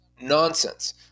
nonsense